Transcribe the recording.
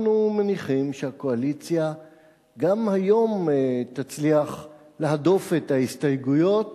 אנחנו מניחים שהקואליציה תצליח להדוף גם היום את ההסתייגויות